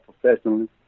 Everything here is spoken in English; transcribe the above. professionally